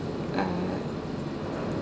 uh